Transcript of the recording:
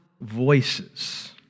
voices